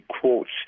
quotes